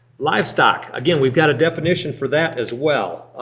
livestock. again we've got a definition for that as well.